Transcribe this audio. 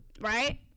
right